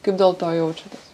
kaip dėl to jaučiatės